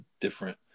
different